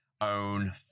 own